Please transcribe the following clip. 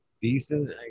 decent